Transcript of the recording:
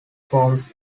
forms